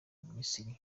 misiri